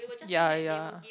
ya ya